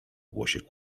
głosie